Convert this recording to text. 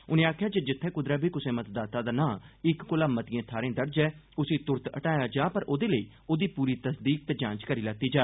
उनें आक्खेआ जे जित्थे कुदरै बी कुसै मतदाता दा नां इक कोला मतिएं थाहरें दर्ज ऐ उसी तुरंत हटाया जा पर ओदे लेई ओदी पूरी तस्दीक ते जांच करी लैती जा